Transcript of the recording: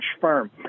firm